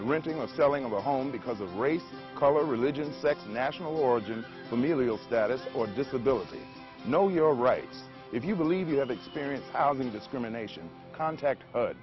the renting of selling a home because of race color religion sex national origin familial status or disability no you are right if you believe you have experience out in discrimination contact